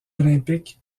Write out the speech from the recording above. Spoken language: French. olympiques